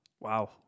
Wow